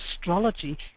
astrology